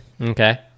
Okay